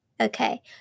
Okay